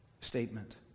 statement